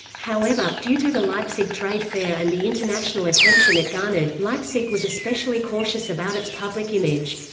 however, due to the leipzig trade fair and the international attention it garnered, leipzig was especially cautious about its public image.